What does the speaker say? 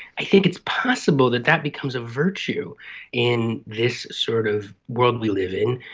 i think it's possible that that becomes a virtue in this sort of world we live in,